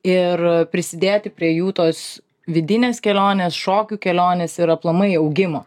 ir prisidėti prie jų tos vidinės kelionės šokių kelionės ir aplamai augimo